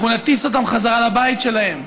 אנחנו נטיס אותם חזרה לבית שלהם.